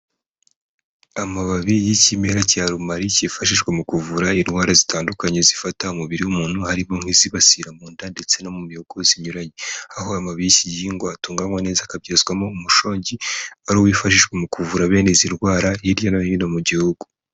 Amababi y'ikimera cya rumari kifashishwa mu kuvura indwara zitandukanye zifata umubiri w'umuntu, harimo nk'izibasira mu nda ndetse no mu mihogo zinyuranye aho amababi y'iki gihingwa atunganywa neza akabyazwamo umushongi ari wo wifashishwa mu kuvura bene izi ndwara hirya no hino mu gihugu.